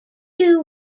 two